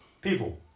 people